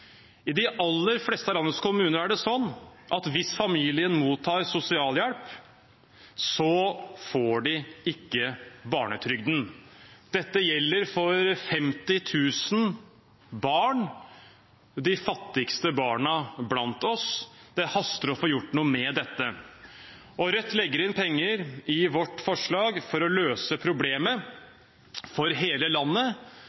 I de aller fleste av landets kommuner er det slik at hvis familien mottar sosialhjelp, får de ikke barnetrygd. Dette gjelder for 50 000 barn – de fattigste barna blant oss. Det haster å få gjort noe med dette. Rødt legger penger inn i vårt forslag for å løse